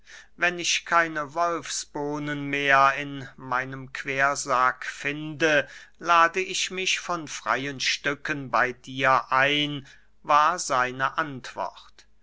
wenn ich keine wolfsbohnen mehr in meinem quersack finde lade ich mich von freyen stücken bey dir ein war seine antwort